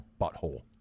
butthole